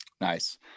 nice